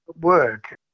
work